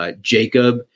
Jacob